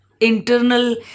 internal